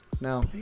now